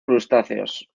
crustáceos